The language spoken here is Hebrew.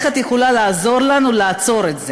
את יכולה לעזור לנו לעצור את זה?